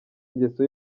ingeso